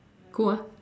cool ah